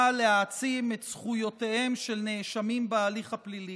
באה להעצים את זכויותיהם של נאשמים בהליך הפלילי.